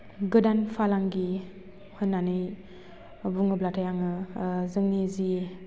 गोदान फालांगि होन्नानै बुङोब्लाथाय आङो जोंनि जि